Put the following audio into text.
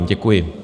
Děkuji.